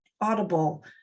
Audible